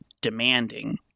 demanding